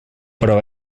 però